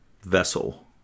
vessel